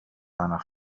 seiner